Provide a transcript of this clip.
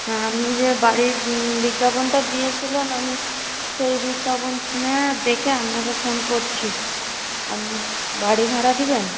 হ্যাঁ আপনি যে বাড়ির বিজ্ঞাপনটা দিয়েছিলেন আমি সেই বিজ্ঞাপন শুনে দেখে আপনাকে ফোন করছি আপনি বাড়িভাড়া দেবেন